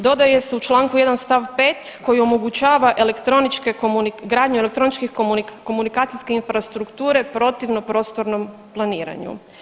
Dodaje se u Članku 1. stav 5. koji omogućava elektroničke, gradnju elektroničke komunikacijske infrastrukture protivno prostornom planiranju.